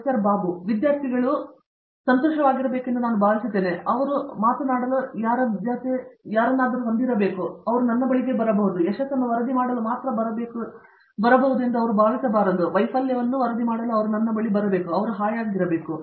professor Babu Vishwanath ವಿದ್ಯಾರ್ಥಿಗಳಿಗೆ ನಿಮಗೆ ಸಂತೋಷವಿದೆ ಎಂದು ನಾವು ಭಾವಿಸುತ್ತೇವೆ ಅವರು ಮಾತನಾಡಲು ಯಾರನ್ನಾದರೂ ಹೊಂದಿದ್ದಾರೆ ಮತ್ತು ಅವರು ನನ್ನ ಬಳಿಗೆ ಬರಬಹುದು ಅವರು ಯಶಸ್ಸನ್ನು ವರದಿಮಾಡಲು ಮಾತ್ರ ಬರಬಹುದು ಎಂದು ಅವರು ಭಾವಿಸಬಾರದು ಅವರು ನನ್ನ ಬಳಿ ಹಾಯಾಗಿರಬೇಕು